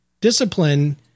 discipline